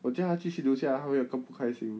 我觉得他继续留下来他会更不开心